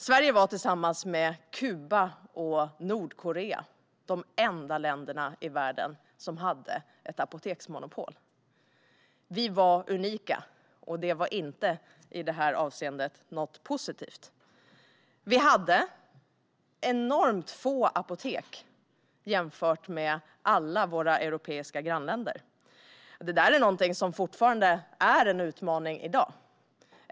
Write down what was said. Sverige var tillsammans med Kuba och Nordkorea de enda länder i världen som hade apoteksmonopol. Vi var unika, och det var inte något positivt i det här avseendet. Vi hade enormt få apotek jämfört med alla våra europeiska grannländer. Det där är någonting som ännu i dag är en utmaning.